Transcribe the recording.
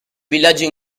villaggio